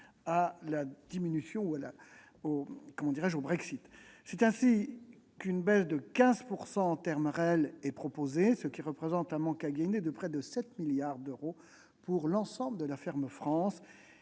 correspondant au Brexit. C'est ainsi qu'une baisse de 15 % est proposée, ce qui représente un manque à gagner de près de 7 milliards d'euros pour l'ensemble de la ferme France